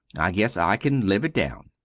i guess i can live it down.